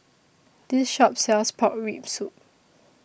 This Shop sells Pork Rib Soup